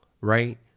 right